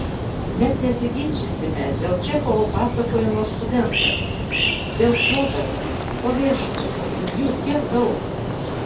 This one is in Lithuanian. mes nesiginčysime dėl čechovo pasakojimo studentas dėl flobero o viešpatie juk jų tiek daug